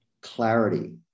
clarity